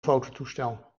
fototoestel